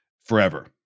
forever